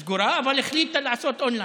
סגורה, אבל החליטה לעשות און-ליין.